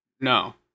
no